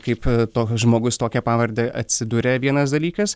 kaip toks žmogus tokia pavarde atsiduria vienas dalykas